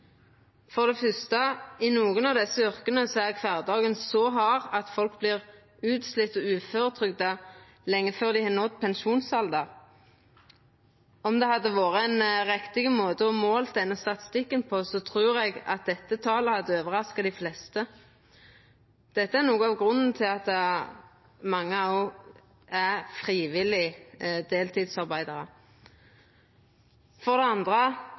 For det fyrste: I nokre av desse yrka er kvardagen så hard at folk vert utslitne og uføretrygda lenge før dei har nådd pensjonsalder. Om det hadde vore ein riktig måte å få fram denne statistikken på, trur eg at dette talet hadde overraska dei fleste. Det er noko av grunnen til at mange er deltidsarbeidarar frivillig. For det andre: